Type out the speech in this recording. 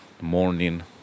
morning